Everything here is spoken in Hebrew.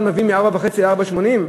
1% מביא מ-4.5 ל-4.80?